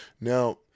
Now